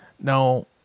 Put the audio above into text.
Now